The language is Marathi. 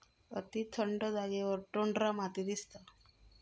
अती थंड जागेवर टुंड्रा माती दिसता